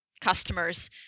customers